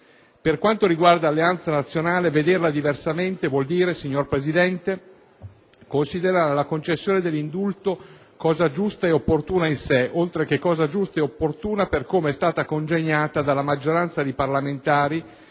marcato carattere strutturale), «vederla diversamente» vuol dire, signor Presidente, considerare la concessione dell'indulto cosa giusta e opportuna in sé, oltre che cosa giusta ed opportuna per come è stata congegnata dalla maggioranza di parlamentari,